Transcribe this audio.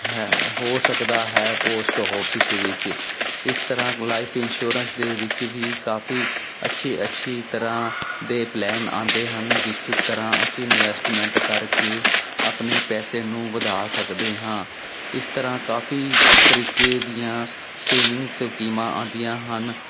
ਹੈ ਹੋ ਸਕਦਾ ਹੈ ਪੋਸਟ ਆਫਿਸ ਵਿੱਚ ਇਸ ਤਰ੍ਹਾਂ ਲਾਈਫ ਇਨਸ਼ੋਰੈਂਸ ਦੇ ਵਿੱਚ ਵੀ ਕਾਫੀ ਅੱਛੇ ਅੱਛੀ ਤਰ੍ਹਾਂ ਦੇ ਪਲੈਨ ਆਉਂਦੇ ਹਨ ਜਿਸ ਤਰ੍ਹਾਂ ਅਸੀਂ ਇਨਵੈਸਟਮੈਂਟ ਕਰਕੇ ਆਪਣੇ ਪੈਸੇ ਨੂੰ ਵਧਾ ਸਕਦੇ ਹਾਂ ਇਸ ਤਰ੍ਹਾਂ ਕਾਫੀ ਤਰੀਕੇ ਦੀਆਂ ਸੇਵਿੰਗ ਸਕੀਮਾਂ ਆਉਂਦੀਆਂ ਹਨ